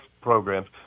programs